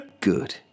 Good